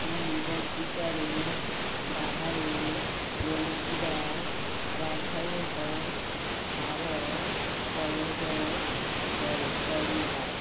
ବଗିଚାରେ ବାହାରେ ମିଳୁଥିବା ରାସାୟନିକ ସାର ପ୍ରୟୋଗ କରିବା